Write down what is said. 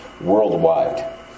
worldwide